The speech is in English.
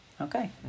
Okay